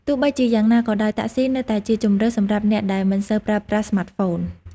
ទោះបីជាយ៉ាងណាក៏ដោយ តាក់ស៊ីនៅតែជាជម្រើសសម្រាប់អ្នកដែលមិនសូវប្រើប្រាស់ស្មាតហ្វូន។